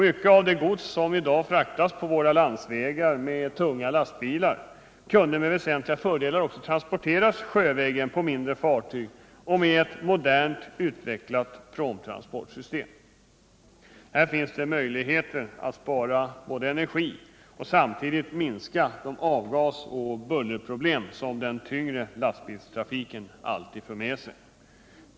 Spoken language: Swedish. Mycket av det gods som i dag fraktas på våra landsvägar med tunga lastbilar kunde med väsentliga fördelar transporteras sjövägen på mindre fartyg och med ett modernt utvecklat pråmtransportsystem. Här finns det möjligheter att spara energi och samtidigt minska de avgasoch bullerproblem som den tyngre lastbilstrafiken alltid för med sig.